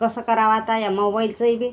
कसं करावं आता या मोबाईलचंही बी